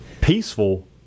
Peaceful